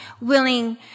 willing